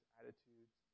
attitudes